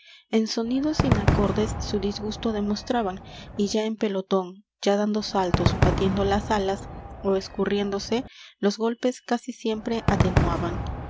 en sonidos inacordes su disgusto demostraban y ya en pelotón ya dando saltos batiendo las alas ó escurriéndose los golpes casi siempre atenuaban